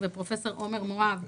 לפרק את רמ"י בפריפריה,